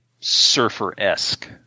surfer-esque